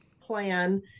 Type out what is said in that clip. plan